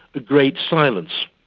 a great silence.